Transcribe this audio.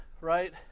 right